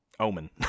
omen